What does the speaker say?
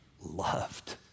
loved